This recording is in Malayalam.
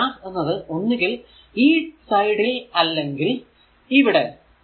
ഈ ഗ്രാഫ് എന്നത് ഒന്നുകിൽ ഈ സൈഡിൽ അല്ലെങ്കിൽ ഇവിടെ